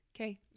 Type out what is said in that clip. Okay